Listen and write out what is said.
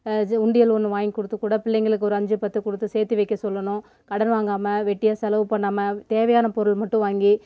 இது உண்டியல் ஒன்று வாங்கிக் கொடுத்து கூட பிள்ளைங்களுக்கு ஒரு அஞ்சு பத்து கொடுத்து சேர்த்து வைக்க சொல்லணும் கடன் வாங்காமல் வெட்டியாக செலவு பண்ணாமல் தேவையான பொருள் மட்டும் வாங்கி